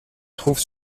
trouve